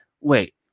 wait